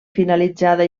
finalitzada